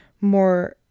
more